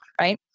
right